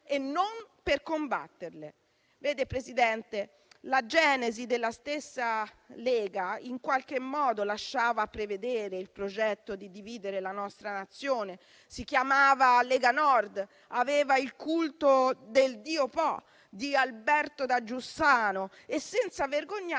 e non per combatterle. Signor Presidente, la genesi stessa della Lega in qualche modo lasciava prevedere il progetto di dividere la nostra Nazione. Si chiamava Lega Nord, aveva il culto del dio Po, di Alberto da Giussano e, senza vergognarsi,